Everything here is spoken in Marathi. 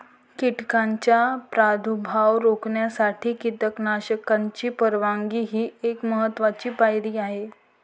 कीटकांचा प्रादुर्भाव रोखण्यासाठी कीटकनाशकांची फवारणी ही एक महत्त्वाची पायरी आहे